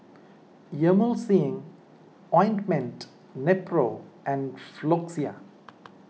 Emulsying Ointment Nepro and Floxia